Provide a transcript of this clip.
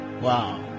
Wow